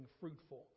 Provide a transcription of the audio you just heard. fruitful